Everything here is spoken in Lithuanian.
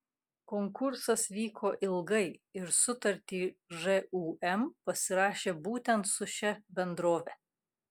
konkursas vyko ilgai ir sutartį žūm pasirašė būtent su šia bendrove